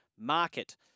market